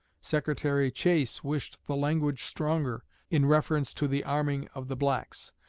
secretary chase wished the language stronger in reference to the arming of the blacks.